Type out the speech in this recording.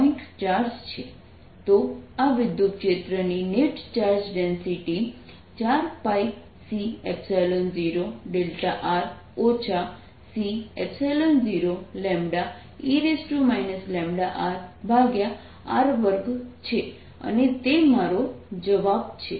તો આ વિદ્યુતક્ષેત્ર ની net charge density 4πC0 C0e λ rr2 છે અને તે તમારો જવાબ છે